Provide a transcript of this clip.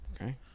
Okay